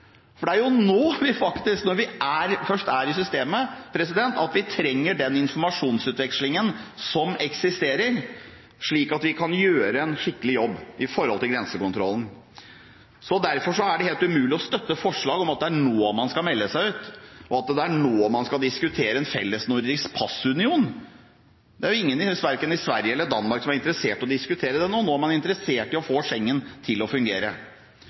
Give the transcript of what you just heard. for det er jo nå, når vi først er i systemet, vi trenger den informasjonsutvekslingen som eksisterer, slik at vi kan gjøre en skikkelig jobb med grensekontrollen. Derfor er det helt umulig å støtte forslag om at det er nå man skal melde seg ut, og at det er nå man skal diskutere en fellesnordisk passunion. Det er ingen, verken i Sverige eller i Danmark, som er interessert i å diskutere det nå. Nå er man interessert i å få Schengen til å fungere.